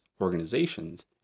organizations